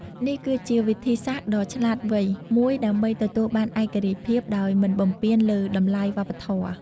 នេះគឺជាវិធីសាស្រ្តដ៏ឆ្លាតវៃមួយដើម្បីទទួលបានឯករាជ្យភាពដោយមិនបំពានលើតម្លៃវប្បធម៌។